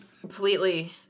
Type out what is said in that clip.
Completely